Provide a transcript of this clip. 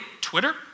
Twitter